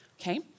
okay